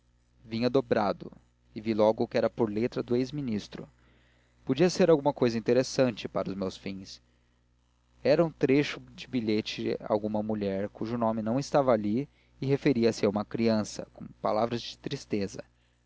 vinha dobrado e vi logo que era por letra do ex ministro podia ser alguma cousa interessante para os meus fins era um trecho de bilhete a alguma mulher cujo nome não estava ali e referia-se a uma criança com palavras de tristeza